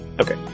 Okay